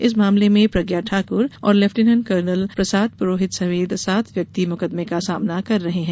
इस मामले में प्रज्ञा ठाकुर और लेफ्टिनेट कर्नल प्रसाद पुरोहित समेत सात व्यक्ति मुकदमे का सामना कर रहे हैं